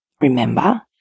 Remember